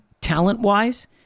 talent-wise